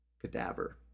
cadaver